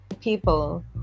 people